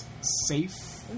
safe